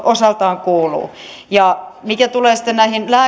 osaltaan kuuluu mitä tulee sitten näihin